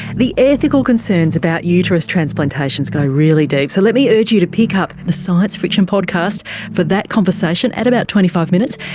the ethical concerns about uterus transplantations go really deep, so let me urge you to pick up the science friction podcast for that conversation at about twenty five minutes.